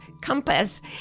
compass